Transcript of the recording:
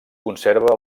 conserva